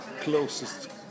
closest